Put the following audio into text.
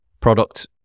product